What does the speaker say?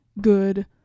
good